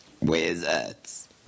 wizards